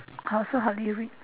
I also hardly read